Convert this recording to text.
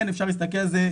אפשר להסתכל על זה,